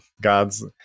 God's